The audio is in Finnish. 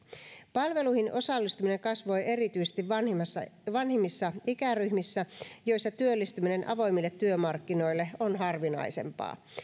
palveluihin osallistuminen kasvoi erityisesti vanhimmissa vanhimmissa ikäryhmissä joissa työllistyminen avoimille työmarkkinoille on harvinaisempaa